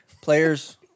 Players